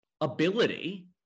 ability